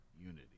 unity